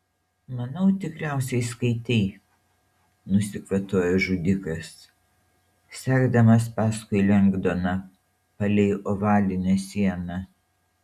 manau tikriausiai skaitei nusikvatojo žudikas sekdamas paskui lengdoną palei ovalinę sieną